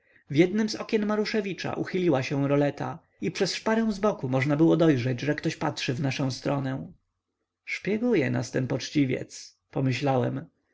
w jednem z okien maruszewicza uchyliła się roleta i przez szparę z boku można było dojrzeć że ktoś patrzy w naszę stronę szpieguje nas ten poczciwiec pomyślałem